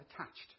attached